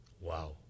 Wow